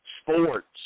sports